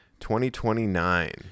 2029